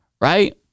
right